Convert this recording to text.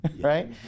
Right